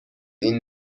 این